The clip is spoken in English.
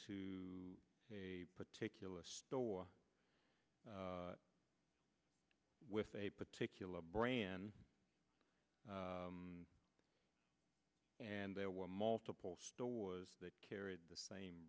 to a particular door with a particular brand and there were multiple stores that carried the same